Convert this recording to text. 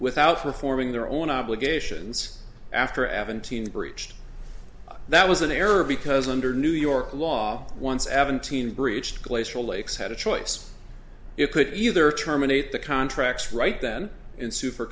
without performing their own obligations after evan teen breached that was an error because under new york law once evan teen breached glacial lakes had a choice it could either terminate the contracts right then and su